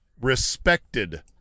respected